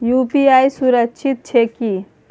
UPI सुरक्षित छै की?